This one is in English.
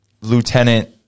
Lieutenant